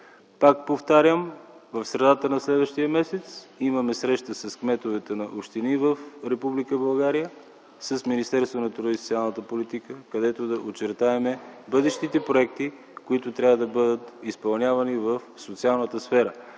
Пак повтарям – в средата на следващия месец имаме среща с кметовете на общини в Република България, с Министерството на труда и социалната политика, където да очертаем бъдещите проекти, които трябва да бъдат изпълнявани в социалната сфера.